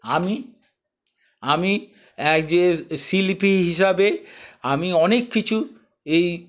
আমি আমি এক যে শিল্পী হিসাবে আমি অনেক কিছু এই